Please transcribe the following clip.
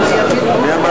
נתקבלה.